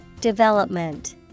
Development